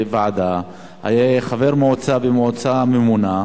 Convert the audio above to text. היה חבר מועצה במועצה ממונה,